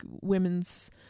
women's